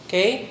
Okay